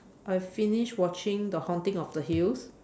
I've finish watching the haunting of the hills